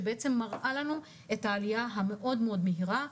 שמראה לנו את העלייה המאוד מאוד מהירה.